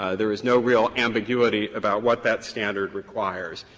ah there is no real ambiguity about what that standard requires,